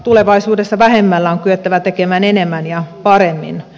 tulevaisuudessa vähemmällä on kyettävä tekemään enemmän ja paremmin